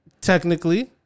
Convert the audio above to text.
technically